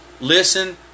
listen